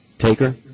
taker